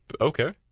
Okay